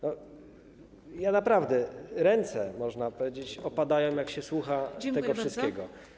Naprawdę ręce, można powiedzieć, opadają, jak się słucha tego wszystkiego.